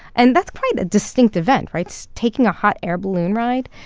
and that's quite a distinct event right? so taking a hot air balloon ride.